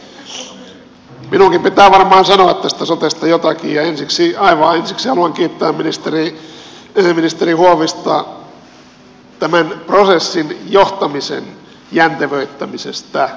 minunkin pitää varmaan sanoa tästä sotesta jotakin ja aivan ensiksi haluan kiittää ministeri huovista tämän prosessin johtamisen jäntevöittämisestä